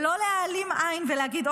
לא להעלים עין ולהגיד,